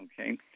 Okay